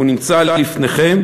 הוא נמצא לפניכם.